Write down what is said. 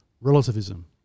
relativism